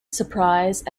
surprise